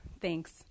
thanks